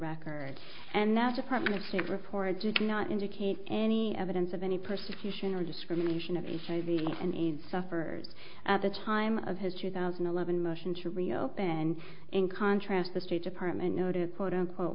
record and that's a part of the report did not indicate any evidence of any persecution or discrimination of hiv and aids sufferers at the time of his two thousand and eleven motion to reopen in contrast the state department noted quote unquote